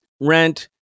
rent